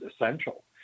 essential